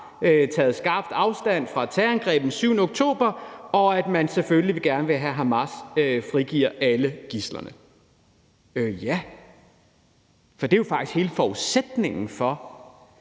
taget skarpt afstand fra terrorangrebet den 7. oktober, og at man selvfølgelig gerne vil have, at Hamas frigiver alle gidslerne. Ja! For hele forudsætningen for,